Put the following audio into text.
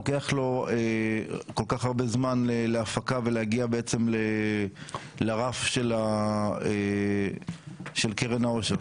לוקח לו כל כך הרבה זמן להפקה ולהגיע בעצם לרף של קרן העושר?